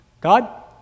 God